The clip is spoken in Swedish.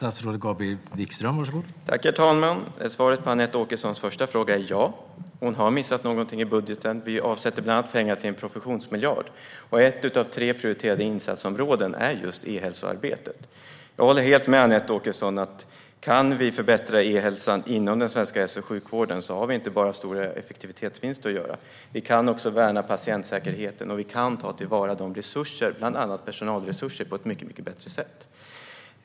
Herr talman! Svaret på Anette Åkessons första fråga är: Ja, hon har missat någonting i budgeten! Vi avsätter bland annat pengar till en professionsmiljard. Ett av tre prioriterade insatsområden är just ehälsoarbetet. Jag håller helt med Anette Åkesson. Om vi kan förbättra ehälsan inom den svenska hälso och sjukvården har vi inte bara en stor effektivitetsvinst att göra, utan vi kan också värna patientsäkerheten och ta till vara resurser - bland annat personalresurser - på ett mycket bättre sätt.